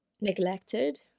neglected